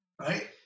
right